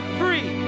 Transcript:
free